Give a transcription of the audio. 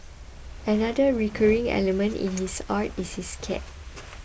another recurring element in his art is his cat